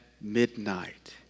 midnight